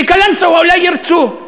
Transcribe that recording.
בקלנסואה אולי ירצו.